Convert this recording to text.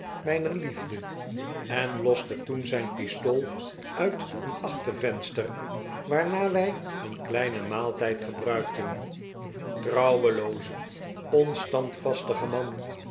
myner liefde en loste toen zyn pistool uit een achtervenster waarna wy een kleinen maaltijd gebruifeten trouwelooze onstandvastige man